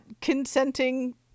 consenting